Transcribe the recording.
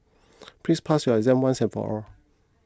please pass your exam once and for all